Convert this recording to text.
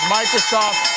Microsoft